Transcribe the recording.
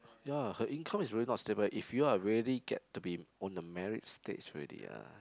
ya her income is really not stable if you are really get to be on the married stage already ah